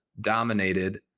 dominated